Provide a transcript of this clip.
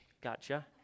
Gotcha